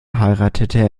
heiratete